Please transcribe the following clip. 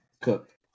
Cook